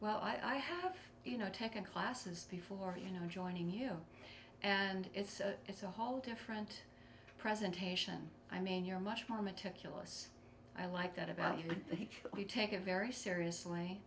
well i have you know taken classes before you know joining you and it's a whole different presentation i mean you're much more meticulous i like that about you i think we take it very seriously